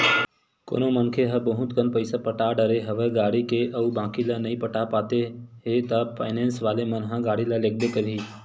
कोनो मनखे ह बहुत कन पइसा पटा डरे हवे गाड़ी के अउ बाकी ल नइ पटा पाते हे ता फायनेंस वाले मन ह गाड़ी ल लेगबे करही